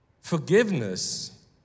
Forgiveness